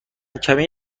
کمی